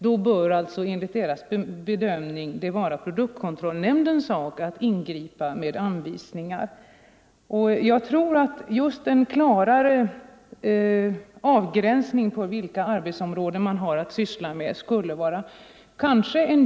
Enligt arbetarskyddsstyrelsens bedömning bör det vara produktkontrollnämndens sak att ingripa med anvisningar. Jag tror att en klarare avgränsning av arbetsområdena skulle vara en hjälp även för produktkontrollnämnden.